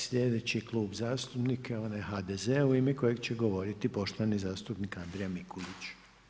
Sljedeći Klub zastupnika onaj HDZ-a u ime kojeg će govoriti poštovani zastupnik Andrija Mikulić.